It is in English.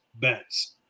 bets